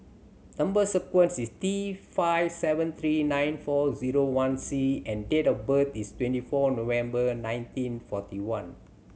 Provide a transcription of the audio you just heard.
number sequence is T five seven three nine four zero one C and date of birth is twenty four November nineteen forty one